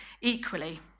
equally